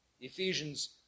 Ephesians